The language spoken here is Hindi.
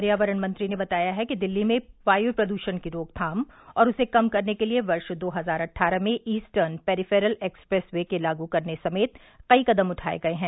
पर्यावरण मंत्री ने बताया है कि दिल्ली में वाय प्रदृषण की रोकथाम और उसे कम करने के लिए वर्ष दो हजार अट्ठारह में ईस्टर्न पेरिफेरल एक्सप्रेस वे के लागू करने समेत कई कदम उठाए गये हैं